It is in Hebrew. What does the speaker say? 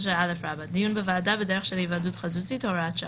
"דיון בוועדה בדרך של היוועדות חזותית, הוראת שעה.